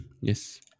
yes